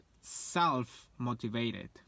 self-motivated